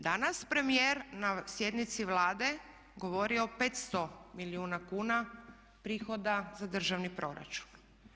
Danas premijer na sjednici Vlade govori o 500 milijuna kuna prihoda za državni proračun.